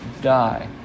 die